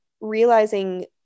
realizing